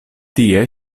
tie